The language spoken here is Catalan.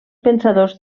pensadors